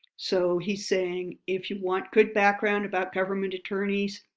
so he's saying if you want good background about government attorneys,